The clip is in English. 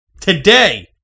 Today